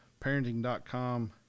Parenting.com